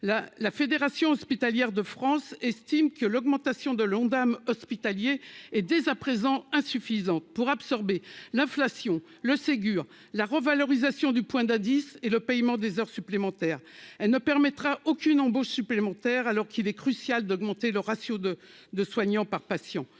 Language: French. la Fédération hospitalière de France estime que l'augmentation de l'Ondam hospitalier et dès à présent, insuffisante pour absorber l'inflation le Ségur la revalorisation du point d'indice et le paiement des heures supplémentaires, elle ne permettra aucune embauche supplémentaire alors qu'il est crucial d'augmenter le ratio de 2 soignant par patient,